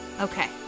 Okay